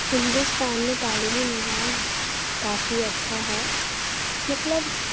ہندوستان میں تعلیمی نظام کافی اچھا ہے مطلب